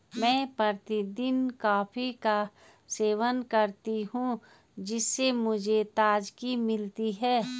मैं प्रतिदिन कॉफी का सेवन करती हूं जिससे मुझे ताजगी मिलती है